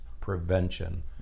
Prevention